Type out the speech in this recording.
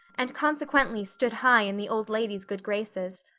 and consequently stood high in the old lady's good graces.